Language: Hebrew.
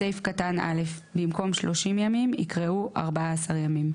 בסעיף קטן (א), במקום "30 ימים" יקראו "14 ימים"